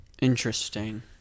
Interesting